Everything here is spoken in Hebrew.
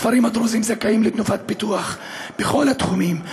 הכפרים הדרוזיים זכאים לתנופת פיתוח בכל התחומים,